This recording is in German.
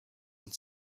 und